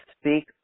speak